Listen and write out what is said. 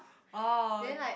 oh